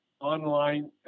online